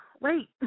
wait